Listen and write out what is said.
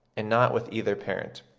and not with either parent.